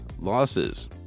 losses